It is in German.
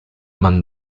man